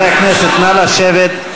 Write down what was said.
חברי הכנסת, נא לשבת.